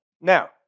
Now